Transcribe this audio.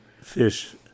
fish